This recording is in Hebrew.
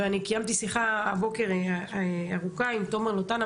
ואני קיימתי שיחה הבוקר ארוכה עם תומר לוטן,